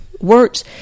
words